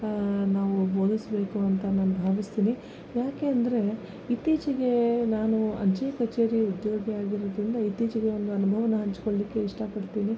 ನಾವು ಬೋಧಿಸ್ಬೇಕು ಅಂತ ನಾನು ಭಾವಿಸ್ತೀನಿ ಯಾಕೆ ಅಂದರೆ ಇತ್ತೀಚಿಗೆ ನಾನು ಅಂಚೆ ಕಚೇರಿ ಉದ್ಯೋಗಿ ಆಗಿರೋದ್ರಿಂದ ಇತ್ತೀಚಿಗೆ ಒಂದು ಅನುಭವನ ಹಂಚಿಕೊಳ್ಳಿಕ್ಕೆ ಇಷ್ಟಪಡ್ತೀನಿ